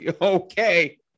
Okay